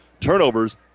turnovers